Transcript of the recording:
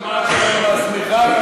שלהם על השמיכה,